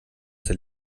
der